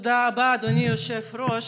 תודה רבה, אדוני היושב-ראש.